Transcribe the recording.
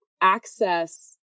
access